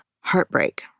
heartbreak